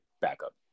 backup